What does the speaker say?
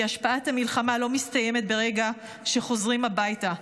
כי השפעת המלחמה לא מסתיימת ברגע שחוזרים הביתה,